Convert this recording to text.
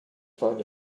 find